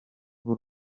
b’u